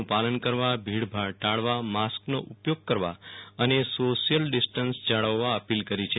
નુ પાલન કરવા ભીડભાડ ટાળવા માસ્કનો ઉપયોગ કરવા અને સોશિયલ ડિસ્ટન્સ જાળવવા અપીલ કરી છે